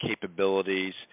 capabilities